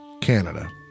Canada